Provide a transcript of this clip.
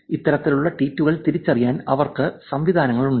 ഇത്തരത്തിലുള്ള ട്വീറ്റുകൾ തിരിച്ചറിയാൻ അവർക്ക് സംവിധാനങ്ങളുണ്ട്